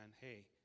hey